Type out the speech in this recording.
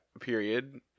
period